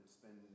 spend